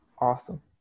awesome